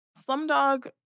Slumdog